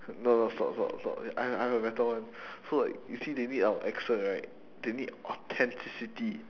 no no stop stop stop I I have a better one so like you see they need our accent right they need authenticity